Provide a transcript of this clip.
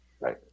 Right